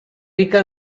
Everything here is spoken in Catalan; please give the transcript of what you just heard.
rica